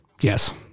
Yes